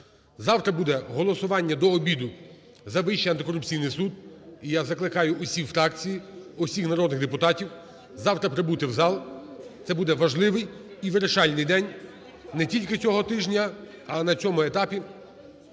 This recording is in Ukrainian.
Завтра буде голосування до обіду за Вищий антикорупційний суд, і я закликаю усі фракції, усіх народних депутатів завтра прибути в зал. Це буде важливий і вирішальний день не тільки цього тижня, але на цьому етапі